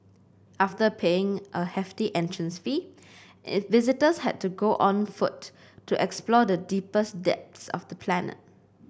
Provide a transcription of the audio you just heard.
after paying a hefty entrance fee visitors had to go on foot to explore the deepest depths of the planet